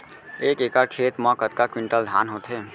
एक एकड़ खेत मा कतका क्विंटल धान होथे?